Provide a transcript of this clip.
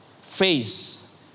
face